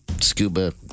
scuba